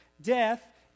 Death